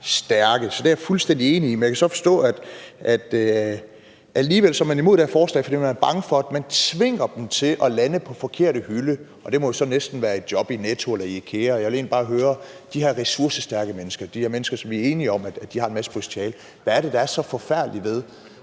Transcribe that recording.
stærke. Så det er jeg fuldstændig enig i. Men jeg kan så forstå, at man alligevel er imod det her forslag, fordi man er bange for, at man tvinger dem til at lande på den forkerte hylde, og det må jo så næsten være et job i Netto eller i IKEA. Og jeg vil egentlig bare høre om de her ressourcestærke mennesker, altså de her mennesker, som vi er enige om har en masse potentiale, hvad det er, der er så forfærdeligt ved,